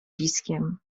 piskiem